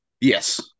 Yes